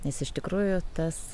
nes iš tikrųjų tas